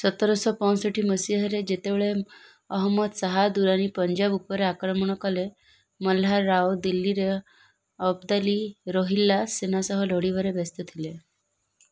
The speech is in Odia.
ସତରଶହ ପଞ୍ଚଷଠି ମସିହାରେ ଯେତେବେଳେ ଅହମ୍ମଦ ଶାହା ଦୁରାନୀ ପଞ୍ଜାବ ଉପରେ ଆକ୍ରମଣ କଲେ ମଲ୍ହାର ରାଓ ଦିଲ୍ଲୀରେ ଅବ୍ଦାଲିରୋହିଲ୍ଲା ସେନା ସହ ଲଢ଼ିବାରେ ବ୍ୟସ୍ତ ଥିଲେ